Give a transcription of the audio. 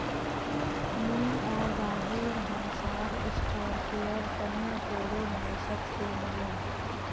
मुई आर राहुल हमसार स्टार्टअपेर तने बोरो निवेशक से मिलुम